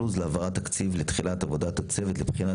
לו''ז להעברת התקציב ולתחילת עבודת הצוות לבחינת